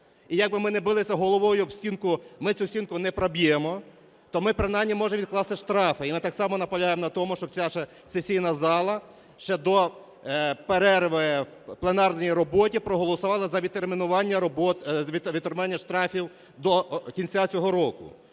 і як би ми не билися головою об стінку, ми цю стінку не проб'ємо, то ми принаймні можемо відкласти штрафи. І ми так само наполягаємо на тому, щоб ця сесійна зала ще до перерви в пленарній роботі проголосувала за відтермінування штрафів до кінця цього року.